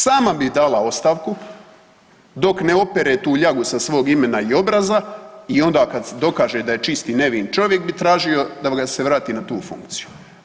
Sama bi dala ostavku dok ne opere tu ljagu sa svog imena i obraza i onda kad se dokaže da je čist i nevin čovjek bi tražio da ga se vrati na tu funkciju.